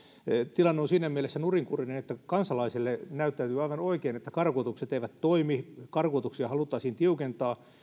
tilanne on siinä mielessä nurinkurinen että kansalaiselle näyttäytyy aivan oikein että karkotukset eivät toimi karkotuksia haluttaisiin tiukentaa